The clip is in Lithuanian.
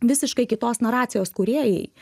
visiškai kitos naracijos kūrėjai